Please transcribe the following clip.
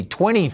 20